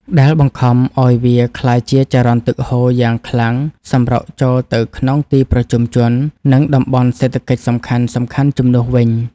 ដែលបង្ខំឱ្យវាក្លាយជាចរន្តទឹកហូរយ៉ាងខ្លាំងសម្រុកចូលទៅក្នុងទីប្រជុំជន និងតំបន់សេដ្ឋកិច្ចសំខាន់ៗជំនួសវិញ។